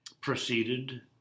proceeded